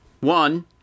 One